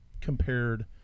compared